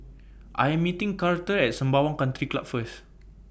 I Am meeting Karter At Sembawang Country Club First